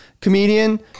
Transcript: comedian